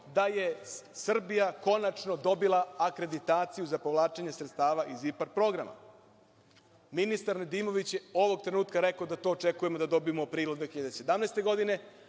da je Srbija konačno dobila akreditaciju za povlačenje sredstava iz IPARD programa. Ministar Nedimović je ovog trenutka rekao da to očekujemo da dobijemo u aprilu 2017. godine,